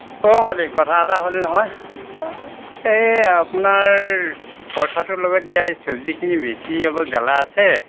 অ' মালিক কথা এটা হ'ল নহয় এই আপোনাৰ পৰঠাটোৰ লগত দিয়া এই চব্জীখিনি বেছি অলপ জ্বলা আছে